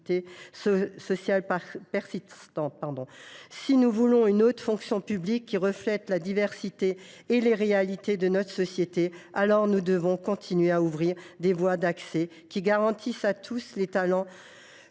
Si nous voulons une haute fonction publique qui reflète la diversité et les réalités de notre société, alors nous devons continuer à ouvrir des voies d’accès qui garantissent à tous les talents,